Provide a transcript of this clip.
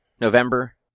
November